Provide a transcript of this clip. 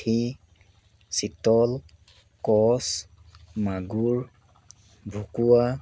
পুঠি চিতল কচ মাগুৰ ভকুৱা